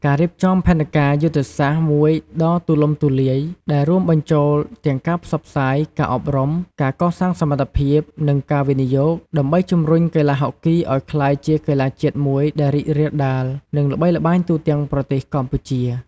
ការរៀបចំផែនការយុទ្ធសាស្ត្រមួយដ៏ទូលំទូលាយ ដែលរួមបញ្ចូលទាំងការផ្សព្វផ្សាយ ការអប់រំ ការកសាងសមត្ថភាព និងការវិនិយោគ ដើម្បីជំរុញកីឡាហុកគីឱ្យក្លាយជាកីឡាជាតិមួយដែលរីករាលដាល និងល្បីល្បាញទូទាំងប្រទេសកម្ពុជា។